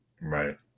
Right